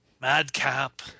Madcap